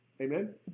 Amen